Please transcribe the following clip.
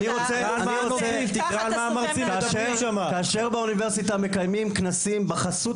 אני רוצה שכאשר באוניברסיטה מקיימים כנסים בחסות